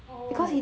oh